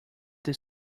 that